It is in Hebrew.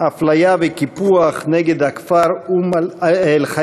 אפליה וקיפוח נגד הכפר אום-אלחיראן.